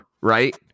right